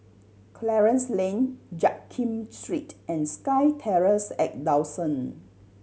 Clarence Lane Jiak Kim Street and SkyTerrace at Dawson